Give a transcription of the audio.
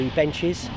benches